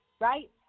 right